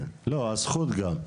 כן, לא הזכות גם.